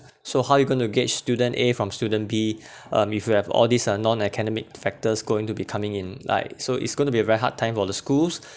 so how are you going to gauge student a from student b um if you have all these uh non-academic factors going to becoming in like so it's going be a very hard time for the schools